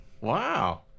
Wow